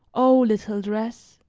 o little dress,